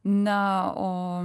na o